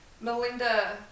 Melinda